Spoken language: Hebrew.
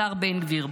השר בן גביר.